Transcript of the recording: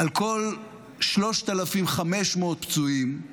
על כל 3,500 פצועים,